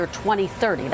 2030